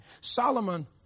Solomon